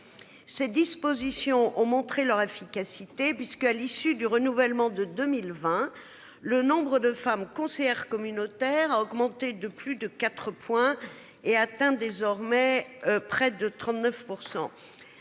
Ces dispositions ont montré leur efficacité puisqu'à l'issue du renouvellement de 2020 le nombre de femmes conseillère communautaire a augmenté de plus de 4 points et atteint désormais. Près de 39%.